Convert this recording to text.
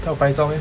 他有拍照 meh